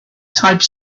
type